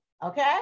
Okay